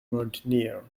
mountaineer